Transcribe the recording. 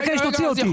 אני